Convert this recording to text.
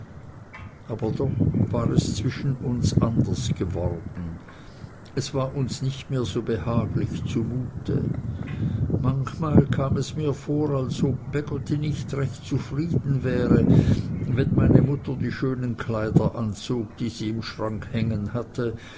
aber doch war es zwischen uns anders geworden und es war uns nicht mehr so behaglich zu mute manchmal kam es mir so vor als ob peggotty nicht recht zufrieden wäre wenn meine mutter die schönen kleider anzog die sie im schrank hängen hatte